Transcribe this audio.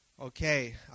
Okay